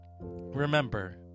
remember